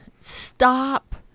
Stop